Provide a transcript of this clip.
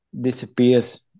disappears